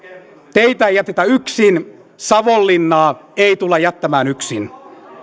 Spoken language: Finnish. teitä ei jätetä yksin savonlinnaa ei tulla jättämään yksin